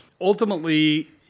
Ultimately